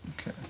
Okay